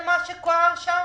על מה שקרה שם?